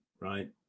right